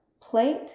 plate